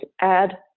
add